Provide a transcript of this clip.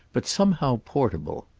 but somehow portable.